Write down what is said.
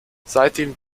seitdem